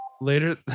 Later